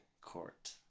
court